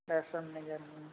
दर्शन नगर में